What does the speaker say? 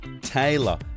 Taylor